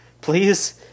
Please